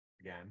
again